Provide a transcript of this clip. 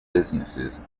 businesses